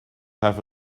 have